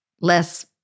less